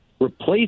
replace